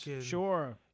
Sure